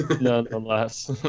Nonetheless